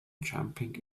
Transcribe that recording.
jumping